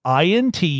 int